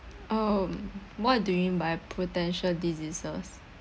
um what do you mean by potential diseases